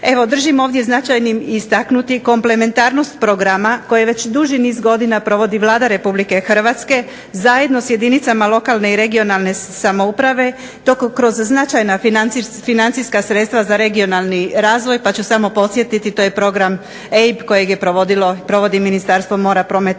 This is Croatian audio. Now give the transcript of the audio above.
držim ovdje značajnim istaknuti komplementarnost programa koji već duži niz godina provodi Vlada Republike Hrvatske zajedno s jedinicama lokalne i regionalne samouprave i to kroz značajna financijska sredstva za regionalni razvoj pa ću samo podsjetiti to je program APE kojega provodi Ministarstvo mora, prometa